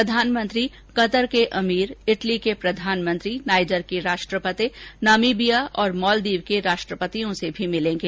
प्रधानमंत्री कतर के अमीर इटली के प्रधानमंत्री नाईजर के राष्ट्रपति नामीबिया और मालदीव के राष्ट्रपतियों से भी मिलेंगे